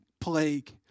Plague